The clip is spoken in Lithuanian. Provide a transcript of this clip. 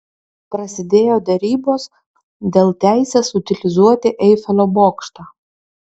prasidėjo derybos dėl teisės utilizuoti eifelio bokštą